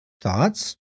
Thoughts